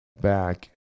back